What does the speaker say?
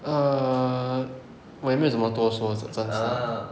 err 我也没有什么多说暂时